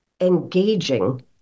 engaging